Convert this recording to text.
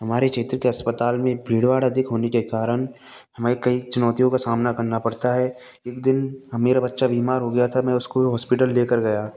हमारे क्षेत्र के अस्पताल में भीड़ भाड़ अधिक होने के कारण हमारी कई चुनौतियों का सामना करना पड़ता है एक दिन मेरा बच्चा बीमार हो गया था मैं उसको हॉस्पिटल लेकर गया